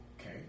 Okay